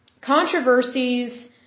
Controversies